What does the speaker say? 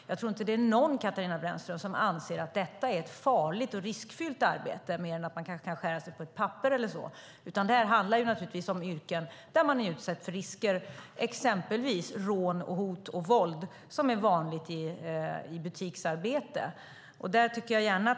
Jag tror inte att det någon, Katarina Brännström, som anser att detta är ett farligt och riskfyllt arbete mer än att man kanske kan skära sig på ett papper eller så. Det här handlar naturligtvis om yrken där man är utsatt för risker, exempelvis rån, hot och våld, som är vanligt i butiksarbete.